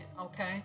Okay